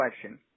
question